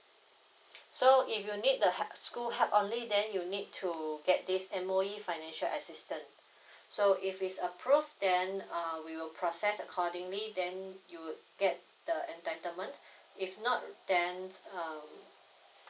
so if you need the help school help only then you need to get this M_O_E financial assistance so if it's a proof then um we will process accordingly then you would get the entitlement if not then um